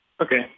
Okay